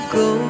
go